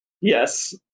Yes